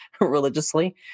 religiously